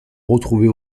retrouvés